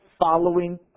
following